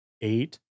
eight